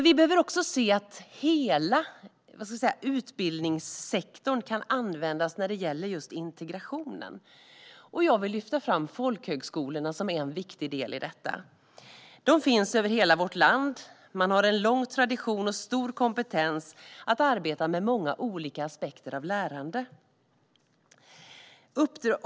Vi behöver också se att hela utbildningssektorn kan användas när det gäller just integrationen. Jag vill lyfta fram folkhögskolorna, som är en viktig del i detta. De finns över hela vårt land och har en lång tradition av, liksom en stor kompetens för, att arbeta med många olika aspekter av lärande.